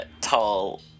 tall